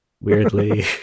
Weirdly